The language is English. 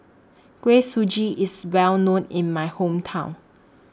Kuih Suji IS Well known in My Hometown